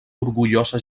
orgullosa